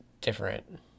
different